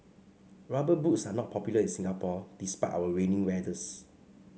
rubber boots are not popular in Singapore despite our rainy weathers